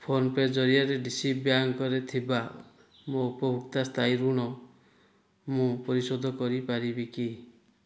phone pay ଜରିଆରେ D C B ବ୍ୟାଙ୍କରେ ଥିବା ମୋ ଉପଭୋକ୍ତା ସ୍ଥାୟୀ ଋଣ ମୁଁ ପରିଶୋଧ କରିପାରିବି କି